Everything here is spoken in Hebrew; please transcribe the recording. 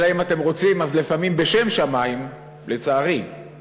אלא אם אתם רוצים, אז לפעמים בשם שמים, לצערי,